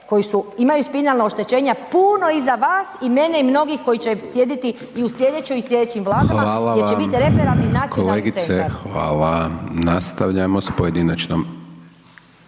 koji imaju spinalna oštećenja puno iza vas i mene i mnogi koji će sjediti i u sljedećim i sljedećim vladama jer će biti referalni … centar. **Hajdaš Dončić, Siniša (SDP)** Kolegice hvala. Nastavljamo s pojedinačnom.